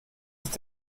ist